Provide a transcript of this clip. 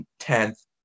10th